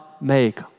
make